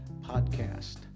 podcast